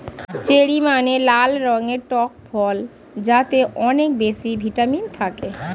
cherry মানে লাল রঙের টক ফল যাতে অনেক বেশি ভিটামিন থাকে